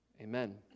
Amen